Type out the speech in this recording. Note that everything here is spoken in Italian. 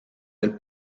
del